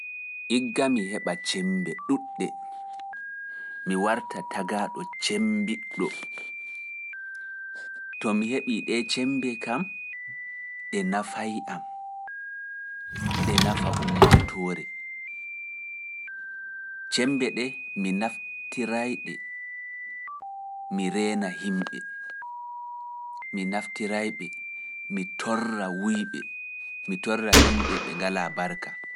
Igga mi heɓa cembe ɗuɗɗe, mi warta tagaaɗo cembiɗɗo. To mi heɓii ɗee cembe kam, ɗe nafay am, ɗe nafa ummaa toore. Cembe ɗe mi naftiray ɗe, mi reena himɓe, mi naftiray de, mi torra wuyɓe, mi torra himɓe ɓe ngalaa barka.